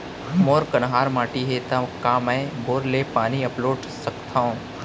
मोर कन्हार माटी हे, त का मैं बोर ले पानी अपलोड सकथव?